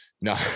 No